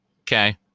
Okay